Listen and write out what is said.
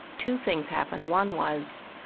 two things happened. one was